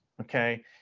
okay